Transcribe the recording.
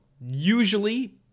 Usually